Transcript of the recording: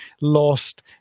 lost